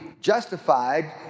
justified